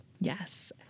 Yes